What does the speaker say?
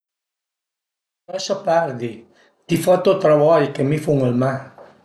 Lasa perde, ti fa to travai che mi fun ël me